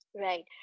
Right